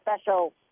special